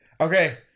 Okay